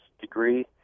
degree